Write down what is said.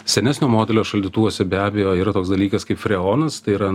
senesnio modelio šaldytuvuose be abejo yra toks dalykas kaip freonas tai yra